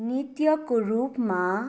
नृत्यको रूपमा